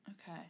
okay